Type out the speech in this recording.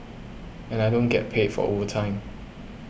and I don't get paid for overtime